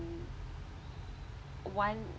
one